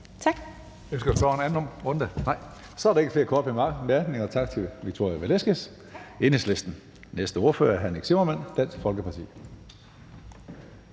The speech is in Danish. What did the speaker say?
Tak.